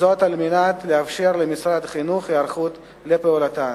וזאת על מנת לאפשר למשרד החינוך להיערך להפעלתן.